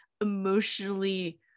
emotionally